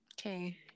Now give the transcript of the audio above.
Okay